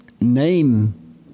name